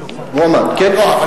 מועמד, בוודאי.